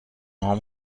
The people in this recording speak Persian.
هام